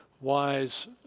wise